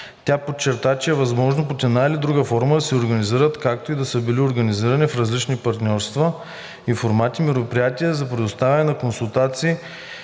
Тя подчерта, че е възможно под една или друга форма да се организират, както и че са били организирани в различни партньорства и формати, мероприятия за предоставяне на консултации